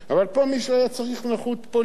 אבל פה, מי שהיה צריך, נחות פוליטית.